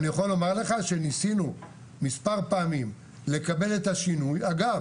אני יכול לומר לך שניסינו מספר פעמים לקבל את השינוי אגב,